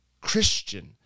Christian